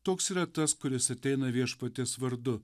toks yra tas kuris ateina viešpaties vardu